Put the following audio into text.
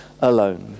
alone